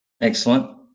Excellent